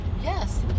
Yes